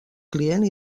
client